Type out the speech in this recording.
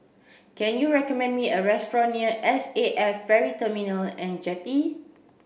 can you recommend me a restaurant near S A F Ferry Terminal and Jetty